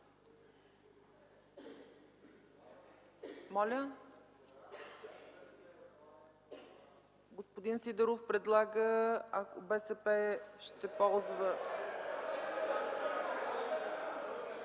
Господин Сидеров предлага, ако БСП ще ползва…